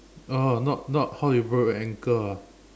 oh not not how you broke your ankle ah